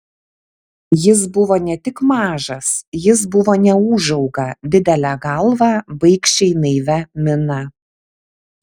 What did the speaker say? jis buvo ne tik mažas jis buvo neūžauga didele galva baikščiai naivia mina